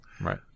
Right